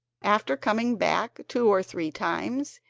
after coming back two or three times,